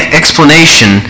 explanation